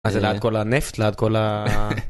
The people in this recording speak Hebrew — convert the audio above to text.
אז זה ליד כל הנפט, ליד כל ה...